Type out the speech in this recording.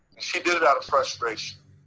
she did it out of frustration.